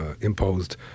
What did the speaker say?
imposed